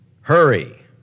Hurry